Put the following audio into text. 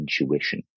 intuition